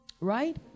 right